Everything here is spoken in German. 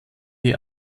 die